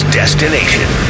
destination